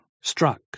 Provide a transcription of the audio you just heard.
struck